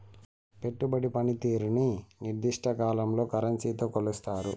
పెట్టుబడి పనితీరుని నిర్దిష్ట కాలంలో కరెన్సీతో కొలుస్తారు